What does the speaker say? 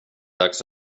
dags